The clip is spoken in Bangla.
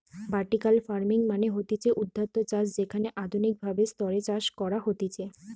ভার্টিকাল ফার্মিং মানে হতিছে ঊর্ধ্বাধ চাষ যেখানে আধুনিক ভাবে স্তরে চাষ করা হতিছে